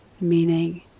meaning